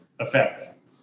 Effect